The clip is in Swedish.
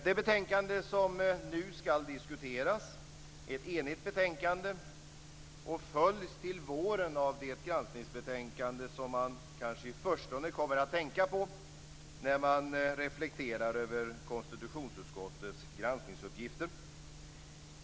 Det betänkande som nu ska diskuteras är ett enigt betänkande och följs till våren av det granskningsbetänkande som man kanske i förstone kommer att tänka på när man reflekterar över konstitutionsutskottets granskningsuppgifter.